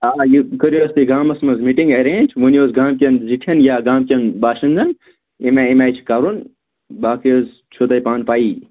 آ یہِ کٔرِو حظ تُہۍ گامَس منٛز میٖٹِنٛگ ایٚرینٛج ؤنِو حظ گامٕکٮ۪ن زِٹھٮ۪ن یا گامٕکٮ۪ن باشنٛدن اَمہِ آیہِ اَمہِ آیہِ چھُ کَرُن باقٕے حظ چھُو تۄہہِ پانہٕ پَیی